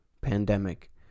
pandemic